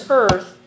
earth